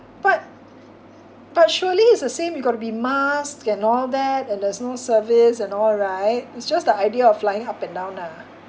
but but surely it's the same you got to be masked and all that and there's no service and all right it's just the idea of flying up and down lah